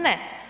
Ne.